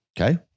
Okay